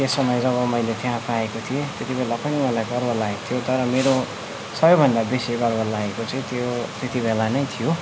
त्यस समय जब मैले त्यहाँ पाएको थिएँ त्यति बेला पनि मलाई गर्व लागेको थियो तर मेरो सबैभन्दा बेसी गर्व लागेको चाहिँ त्यो त्यति बेला नै थियो